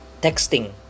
texting